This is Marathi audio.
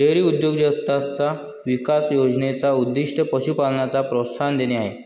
डेअरी उद्योजकताचा विकास योजने चा उद्दीष्ट पशु पालनाला प्रोत्साहन देणे आहे